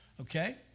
Okay